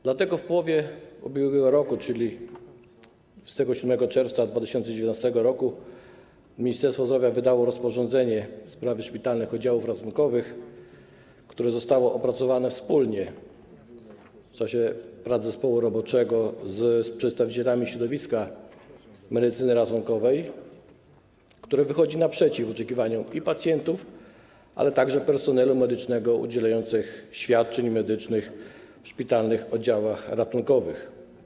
Dlatego w połowie ubiegłego roku, czyli 27 czerwca 2019 r., Ministerstwo Zdrowia wydało rozporządzenie w sprawie szpitalnych oddziałów ratunkowych, które zostało opracowane wspólnie w czasie prac zespołu roboczego z przedstawicielami środowiska medycyny ratunkowej, które wychodzi naprzeciw oczekiwaniom i pacjentów, ale także personelu medycznego udzielającego świadczeń medycznych w szpitalnych oddziałach ratunkowych.